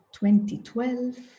2012